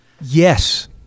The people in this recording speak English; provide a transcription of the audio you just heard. Yes